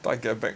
do I get back